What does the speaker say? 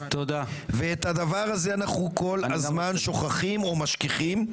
את הדבר הזה אנחנו כל הזמן שוכחים או משכיחים.